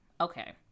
Okay